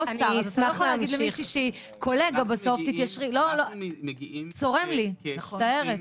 הדרך היא שתשלחי את זה לאיזה נבחר בווטסאפ והוא מוציא את זה.